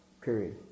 Period